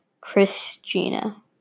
Christina